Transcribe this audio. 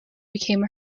became